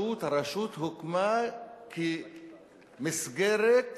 הרשות הוקמה כמסגרת ביניים,